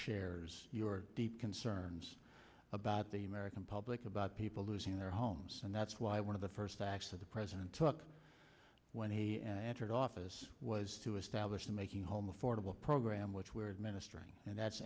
shares your deep concerns about the american public about people losing their homes and that's why one of the first acts that the president took when he entered office was to establish the making home affordable program which were administering and that's